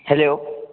hello